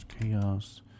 Chaos